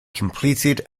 completed